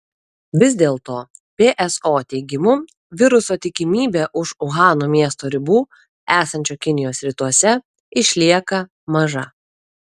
vis dėl to pso teigimu viruso tikimybė už uhano miesto ribų esančio kinijos rytuose išlieka maža